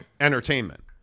entertainment